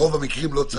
ברוב המקרים לא צריך.